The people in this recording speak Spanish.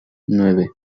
nueve